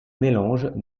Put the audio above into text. mélanges